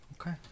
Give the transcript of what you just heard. Okay